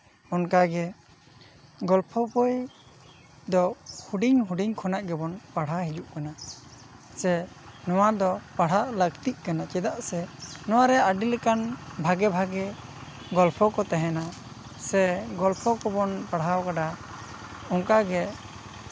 ᱚᱱᱠᱟᱜᱮ ᱜᱚᱞᱯᱷᱚ ᱵᱳᱭ ᱫᱚ ᱦᱩᱰᱤᱧ ᱦᱩᱰᱤᱧ ᱠᱷᱚᱱᱟᱜ ᱜᱮᱵᱚᱱ ᱯᱟᱲᱦᱟᱣ ᱦᱤᱡᱩᱜ ᱠᱟᱱᱟ ᱥᱮ ᱱᱚᱣᱟ ᱫᱚ ᱯᱟᱲᱦᱟᱣ ᱞᱟᱹᱠᱛᱤᱜ ᱠᱟᱱᱟ ᱪᱮᱫᱟᱜ ᱥᱮ ᱱᱚᱣᱟᱨᱮ ᱟᱹᱰᱤ ᱞᱮᱠᱟᱱ ᱵᱷᱟᱜᱮ ᱵᱷᱟᱜᱮ ᱜᱚᱞᱯᱷᱚ ᱠᱚ ᱛᱟᱦᱮᱱᱟ ᱥᱮ ᱜᱚᱞᱯᱷᱚ ᱠᱚᱵᱚᱱ ᱯᱟᱲᱦᱟᱣ ᱠᱟᱫᱟ ᱚᱱᱠᱟᱜᱮ